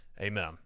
Amen